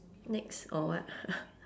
next or what